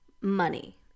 money